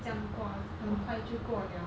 这样过很快就过了才看明白